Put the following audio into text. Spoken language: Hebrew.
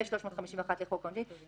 351 לחוק העונשין (עבירות מין חמורות).